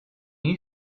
you